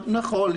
נכון.